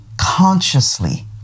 consciously